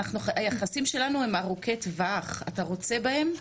היחסים שלנו הם ארוכי טווח, אתה רוצה בהם?